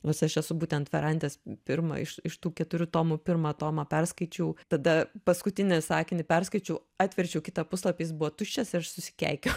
nes aš esu būtent ferantės pirmą iš iš tų keturių tomų pirmą tomą perskaičiau tada paskutinį sakinį perskaičiau atverčiau kitą puslapį jis buvo tuščias ir susikeikiau